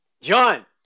John